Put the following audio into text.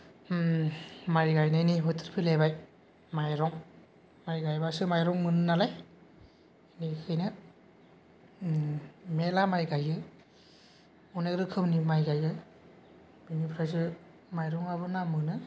माइ गायनायनि बोथोर फैलायबाय माइरं माइ गायबासो माइरं मोनो नालाय बिनिखायनो मेल्ला माइ गायो अनेक रोखोमनि माइ गायो बिनिफ्रायसो माइरङाबो नाम मोनो